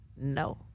no